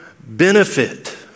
benefit